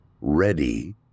Ready